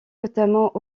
notamment